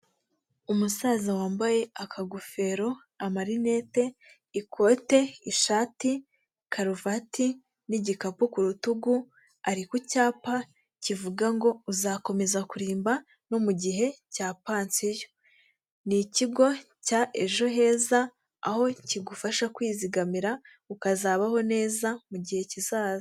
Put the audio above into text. Umusaza wambaye akagofero, amarinete, ikote, ishati, karuvati, n'igikapu k'urutugu ari ku cyapa kivuga ngo uzakomeza kurimba no mu gihe cya pansiyo, n'ikigo cya ejo heza aho kigufasha kwizigamira ukazabaho neza mugihe kizaza.